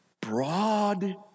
broad